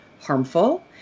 harmful